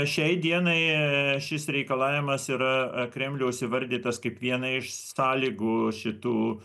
šiai dienai šis reikalavimas yra kremliaus įvardytas kaip viena iš sąlygų šitų